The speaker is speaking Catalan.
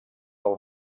del